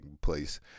place